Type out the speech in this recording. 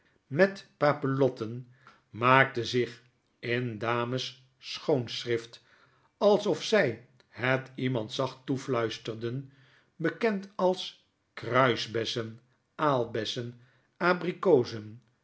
met papiljotten maakten zich in dames schoon schrift alsof zy het iemand zacht toefluisterden bekend als kruisbessen aalbessen abrikozenpruimen